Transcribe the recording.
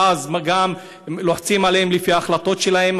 ואז גם לוחצים עליהם לפי החלטות שלהם.